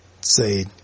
say